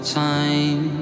time